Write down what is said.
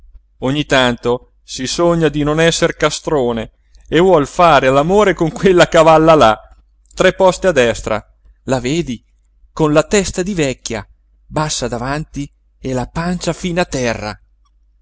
ogni tanto si sogna di non esser castrone e vuol fare all'amore con quella cavalla là tre poste a destra la vedi con la testa di vecchia bassa davanti e la pancia fin a terra